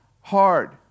hard